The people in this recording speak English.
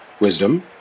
Wisdom